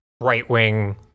right-wing